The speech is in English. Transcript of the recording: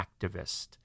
activist